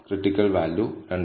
critical value 2